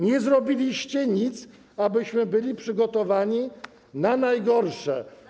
Nie zrobiliście nic, abyśmy byli przygotowani na najgorsze.